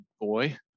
boy